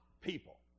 people